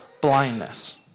blindness